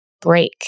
break